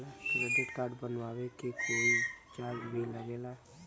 Credit card बनवावे के कोई चार्ज भी लागेला?